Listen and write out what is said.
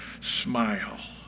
smile